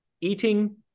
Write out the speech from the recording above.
eating